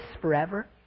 forever